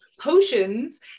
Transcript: potions